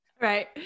right